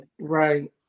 Right